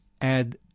add